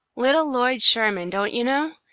little lloyd sherman don't you know?